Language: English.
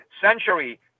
century